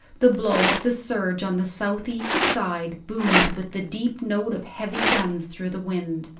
the blow of the surge on the south-east side boomed with the deep note of heavy guns through the wind.